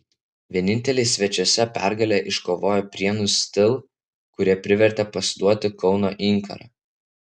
vieninteliai svečiuose pergalę iškovojo prienų stihl kurie privertė pasiduoti kauno inkarą